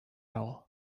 all